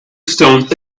stones